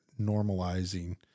normalizing